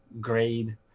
grade